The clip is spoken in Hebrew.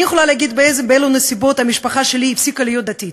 אני יכולה להגיד באילו נסיבות המשפחה שלי הפסיקה להיות דתית: